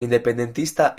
independentista